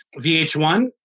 VH1